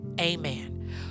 Amen